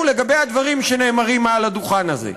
לגבי הדברים שנאמרים מעל הדוכן הזה.